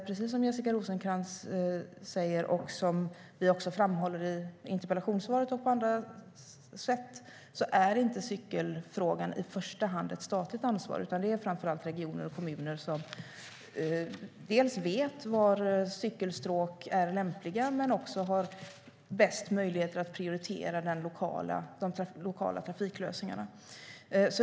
Precis som Jessica Rosencrantz säger och vi framhåller i interpellationssvaret och på andra sätt är inte cykelfrågan i första hand ett statligt ansvar, utan det är framför allt regioner och kommuner som vet var cykelstråk är lämpliga och har bäst möjlighet att prioritera de lokala trafiklösningarna.